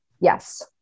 yes